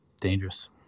dangerous